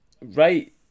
right